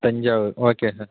Thanjavur okay sir